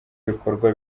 ibikorwa